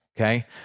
Okay